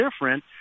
different